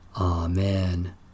Amen